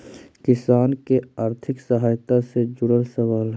किसान के आर्थिक सहायता से जुड़ल सवाल?